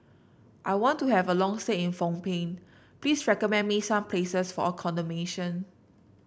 I want to have a long stay in Phnom Penh please recommend me some places for accommodation